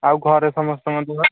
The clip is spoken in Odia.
ଆଉ ଘରେ ସମସ୍ତଙ୍କ ଦେହ